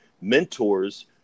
mentors